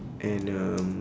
and um